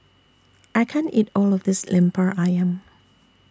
I can't eat All of This Lemper Ayam